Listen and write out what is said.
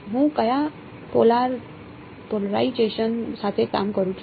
હું કયા પોલારઈજેશન સાથે કામ કરું છું